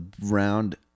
round